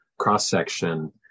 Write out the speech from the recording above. cross-section